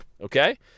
Okay